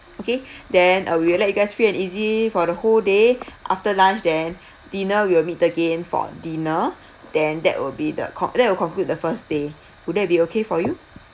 okay then uh we'll let you guys free and easy for the whole day after lunch then dinner we'll meet again for dinner then that will be the co~ that will conclude the first day would that be okay for you